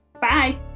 Bye